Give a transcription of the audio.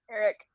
Eric